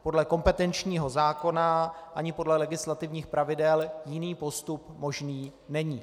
Podle kompetenčního zákona ani podle legislativních pravidel jiný postup možný není.